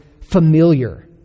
familiar